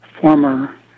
former